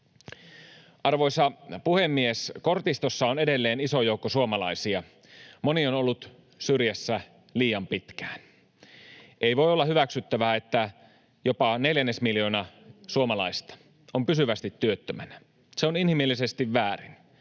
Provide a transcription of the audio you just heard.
Arvoisa puhemies! Kortistossa on edelleen iso joukko suomalaisia. Moni on ollut syrjässä liian pitkään. Ei voi olla hyväksyttävää, että jopa neljännesmiljoona suomalaista on pysyvästi työttömänä. Se on inhimillisesti väärin,